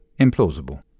implausible